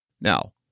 Now